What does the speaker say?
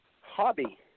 hobby